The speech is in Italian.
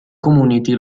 community